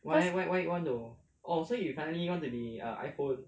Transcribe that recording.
cause